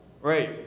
right